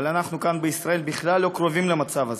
אבל אנחנו כאן בישראל בכלל לא קרובים למצב הזה.